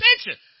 attention